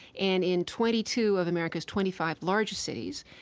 and in twenty two of america's twenty five largest cities,